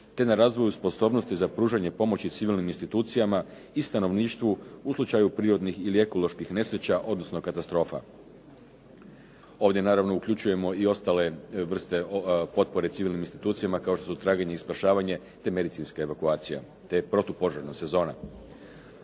te na razvoju sposobnosti za pružanje pomoći civilnim institucijama i stanovništvu u slučaju prirodnih ili ekoloških nesreća odnosno katastrofa. Ovdje naravno uključujemo i ostale vrste potpore civilnim institucijama kao što su traganje i spašavanje te medicinska evakuacija, te protupožarna sezona.